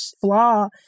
flaw